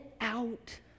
out